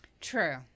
True